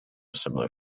similar